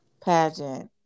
pageant